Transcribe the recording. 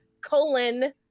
colon